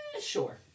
Sure